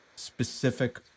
specific